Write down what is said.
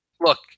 look